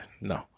no